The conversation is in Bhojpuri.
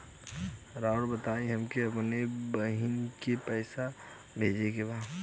राउर बताई हमके अपने बहिन के पैसा भेजे के बा?